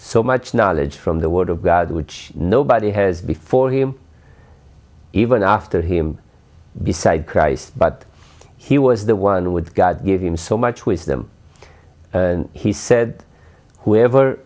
so much knowledge from the word of god which nobody has before him even after him beside christ but he was the one with god given so much wisdom he said whoever